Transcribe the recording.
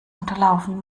unterlaufen